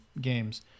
games